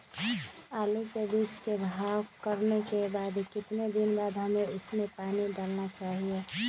आलू के बीज के भाव करने के बाद कितने दिन बाद हमें उसने पानी डाला चाहिए?